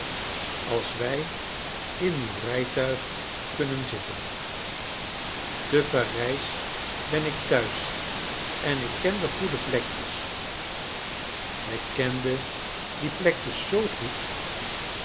als wij in uw rijtuig kunnen zitten te parijs ben ik thuis en ik ken de goede plekjes hij kende die plekjes zoo goed